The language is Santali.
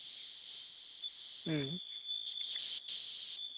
ᱦᱮᱸ